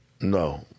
no